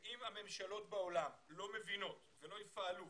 אם הממשלות בעולם לא מבינות ולא יפעלו,